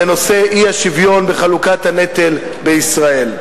בנושא האי-שוויון בחלוקת הנטל בישראל.